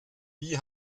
wie